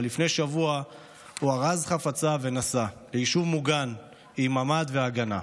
אבל לפני שבוע הוא ארז חפציו ונסע ליישוב מוגן עם ממ"ד והגנה.